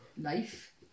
life